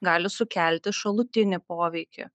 gali sukelti šalutinį poveikį